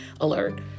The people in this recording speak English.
Alert